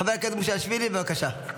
חבר הכנסת מושיאשוילי, בבקשה.